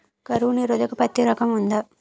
కరువు నిరోధక పత్తి రకం ఉందా?